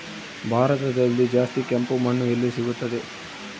ಭಾರತದಲ್ಲಿ ಜಾಸ್ತಿ ಕೆಂಪು ಮಣ್ಣು ಎಲ್ಲಿ ಸಿಗುತ್ತದೆ?